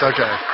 Okay